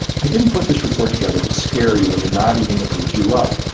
i didn't put this report together to scare you into not eating the foods you love.